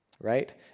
right